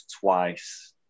twice